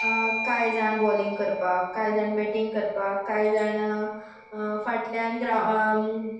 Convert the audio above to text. कांय जाण बॉलींग करपाक कांय जाण बॅटींग करपाक कांय जाण फाटल्यान रावन